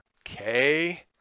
Okay